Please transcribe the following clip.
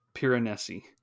Piranesi